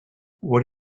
what